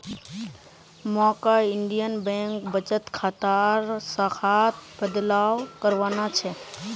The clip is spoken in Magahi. मौक इंडियन बैंक बचत खातार शाखात बदलाव करवाना छ